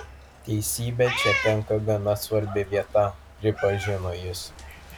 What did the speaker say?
teisybė čia tenka gana svarbi vieta pripažino jis